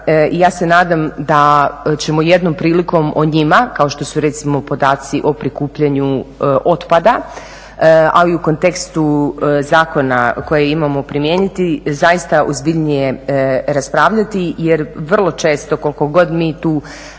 ja se nadam da ćemo jednom prilikom o njima kao što su recimo podaci o prikupljanju otpada, ali u kontekstu zakona koji imamo primijeniti zaista ozbiljnije raspravljati jer vrlo često, koliko god mi tu